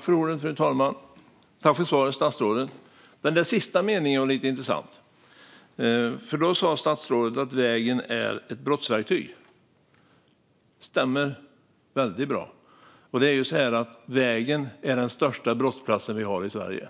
Fru talman! Tack för svaret, statsrådet! Den sista meningen var lite intressant. Statsrådet sa att vägen är ett brottsverktyg. Det stämmer väldigt bra. Vägen är den största brottsplatsen vi har i Sverige.